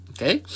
Okay